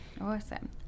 awesome